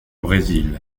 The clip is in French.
brésil